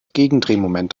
gegendrehmoment